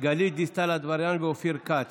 בעד הצעת החוק הצביעו תשעה, נגדה, 17, ולכן